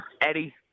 Eddie